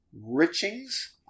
Richings